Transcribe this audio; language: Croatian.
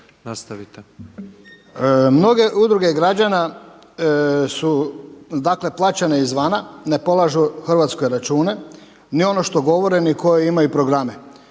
Mnoge udruge građana su plaćene izvana, ne polažu Hrvatskoj račune ni ono što govore ni koje imaju programe.